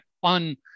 fun